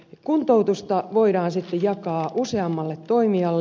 kuntoutusta voidaan sitten jakaa useammalle toimijalle